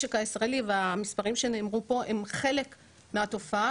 במשק הישראלי והמספרים שנאמרו פה הם חלק מהתופעה